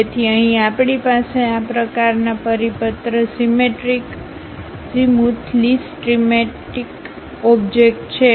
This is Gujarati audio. તેથી અહીં આપણી પાસે આ પ્રકારના પરિપત્ર સીમેટ્રિક અઝીમૂથલી સીમેટ્રિકઓબજેકટછે